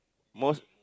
most